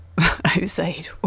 outside